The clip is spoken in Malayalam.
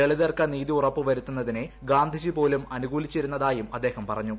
ദളിതർക്ക് നീതി ഉറപ്പുവരുത്തുന്നതിനെ ഗാന്ധിജി പോലും അനുകൂലിച്ചിരുന്നതായും അദ്ദേഹം പറഞ്ഞു